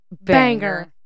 Banger